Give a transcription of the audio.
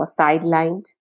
sidelined